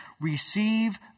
receive